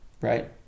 Right